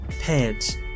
pants